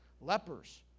Lepers